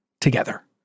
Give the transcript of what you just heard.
together